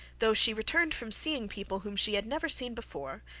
though she returned from seeing people whom she had never seen before,